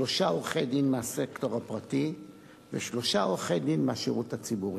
שלושה עורכי-דין מהסקטור הפרטי ושלושה עורכי-דין מהשירות הציבורי.